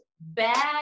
bad